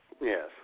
Yes